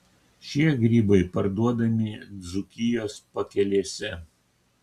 šie grybai parduodami dzūkijos pakelėse